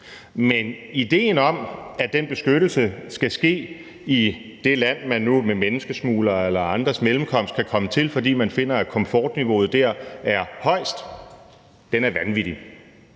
men idéen om, at den beskyttelse skal ske i det land, man nu med menneskesmugleres eller andres mellemkomst kan komme til, fordi man finder, at komfortniveauet dér er højest, er vanvittig.